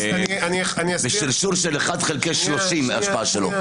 זה שרשור של אחד חלקי 30 מההשפעה שלו.